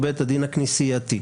הכנסייתי.